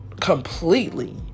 completely